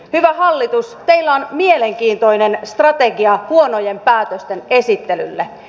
hyvä hallitus teillä on mielenkiintoinen strategia huonojen päätösten esittelylle